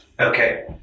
okay